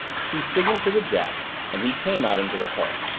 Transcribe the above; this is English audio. she signaled to the jap and he came out into the hall.